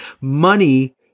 Money